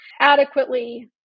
adequately